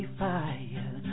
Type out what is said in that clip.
fire